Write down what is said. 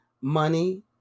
money